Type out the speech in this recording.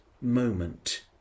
moment